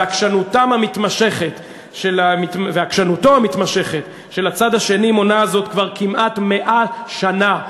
ועקשנותו המתמשכת של הצד השני מונעת זאת כבר כמעט 100 שנה.